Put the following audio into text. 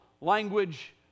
language